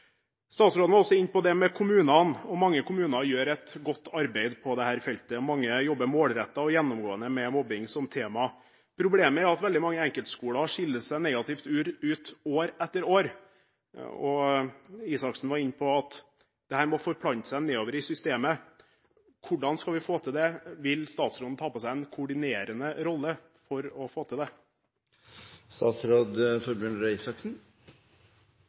Statsråden var også inne på dette med kommunene. Mange kommuner gjør et godt arbeid på dette feltet. Mange jobber målrettet og gjennomgående med mobbing som tema. Problemet er at veldig mange enkeltskoler skiller seg negativt ut år etter år. Røe Isaksen var inne på at det gode arbeidet må forplante seg nedover i systemet. Hvordan skal vi få til det? Vil statsråden ta på seg en koordinerende rolle for å få til